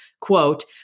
Quote